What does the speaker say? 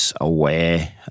aware